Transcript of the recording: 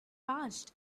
passed